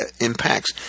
impacts